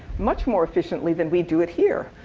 much more efficiently than we do it here.